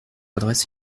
adresse